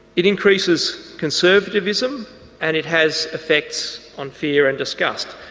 it increases conservatism and it has effects on fear and disgust.